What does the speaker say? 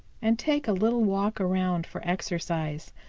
and take a little walk around for exercise.